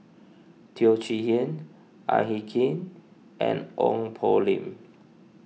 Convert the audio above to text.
Teo Chee Hean Ang Hin Kee and Ong Poh Lim